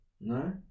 No